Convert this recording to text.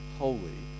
holy